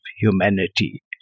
humanity